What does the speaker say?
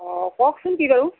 কওকচোন কি বাৰু